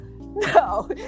No